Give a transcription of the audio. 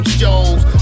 shows